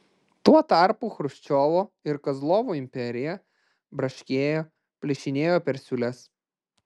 tuo tarpu chruščiovo ir kozlovo imperija braškėjo plyšinėjo per siūles